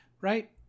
Right